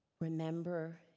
Remember